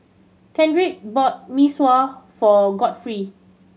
Kendrick bought Mee Sua for Godfrey